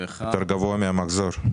הוא יותר גבוה מהמחזור.